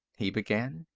he began.